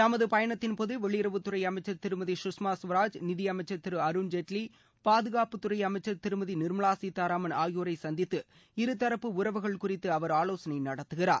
தமது பயணத்தின்போது வெளியுறவுத்துறை அமைச்சர் திருமதி சுஷ்மா சுவராஜ் நிதியமைச்சர் திரு அருண்ஜேட்லி பாதுகாப்புத்துறை அமைக்சர் திருமதி நிர்மலா சீதாராமன் ஆகியோரை சந்தித்து இருதரப்பு உறவுகள் குறித்து அவர் ஆலோசனை நடத்துகிறார்